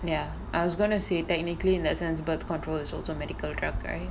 ya I was gonna say technically in that sense birth control is also medical drug right